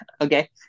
Okay